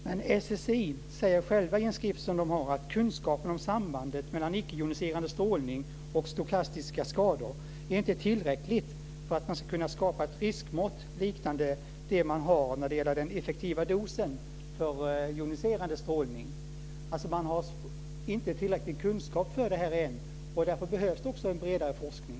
Men SSI säger i en skrift att kunskapen om sambandet mellan icke joniserande strålning och stokastiska skador inte är tillräcklig för att man ska kunna skapa ett riskmått liknande det man har när det gäller den effektiva dosen för joniserande strålning. Man har alltså inte tillräcklig kunskap för detta ännu, och därför behövs det också en bredare forskning.